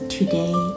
today